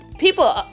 People